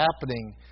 happening